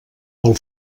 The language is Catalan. pel